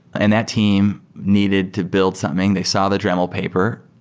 and that team needed to build something. they saw the dremel paper,